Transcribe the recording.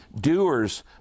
doers